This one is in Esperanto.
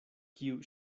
kiu